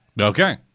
Okay